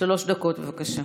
שלוש דקות, בבקשה.